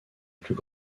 plus